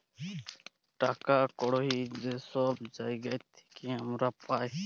টাকা কড়হি যে ছব জায়গার থ্যাইকে আমরা পাই